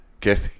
Get